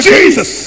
Jesus